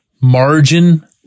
margin